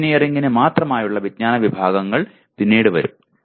എഞ്ചിനീയറിംഗിന് മാത്രമായുള്ള വിജ്ഞാന വിഭാഗങ്ങൾ പിന്നീട് വരും